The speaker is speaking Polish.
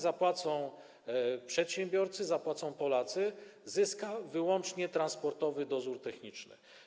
Zapłacą za to przedsiębiorcy, zapłacą Polacy, a zyska wyłącznie Transportowy Dozór Techniczny.